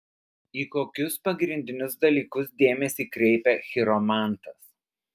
į kokius pagrindinius dalykus dėmesį kreipia chiromantas